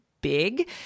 big